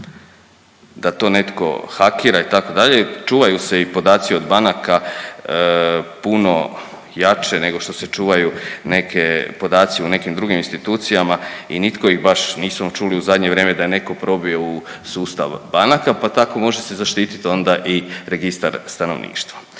da to netko hakira itd. Čuvaju se i podaci od banaka puno jače nego što se čuvaju podaci u nekim drugim institucijama i nitko ih baš nismo čuli u zadnje vrijeme da je netko probio u sustav banaka, pa tako može se zaštiti onda i registar stanovništva.